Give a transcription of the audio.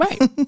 Right